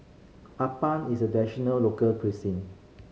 appam is a local cuisine